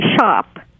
shop